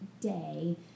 day